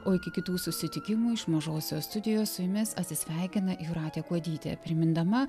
o iki kitų susitikimų iš mažosios studijos su jumis atsisveikina jūratė kuodytė primindama